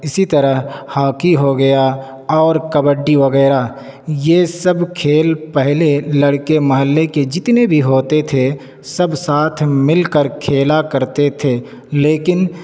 اسی طرح ہاکی ہو گیا اور کبڈی وغیرہ یہ سب کھیل پہلے لڑکے محلے کے جتنے بھی ہوتے تھے سب ساتھ مل کر کھیلا کرتے تھے لیکن